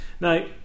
now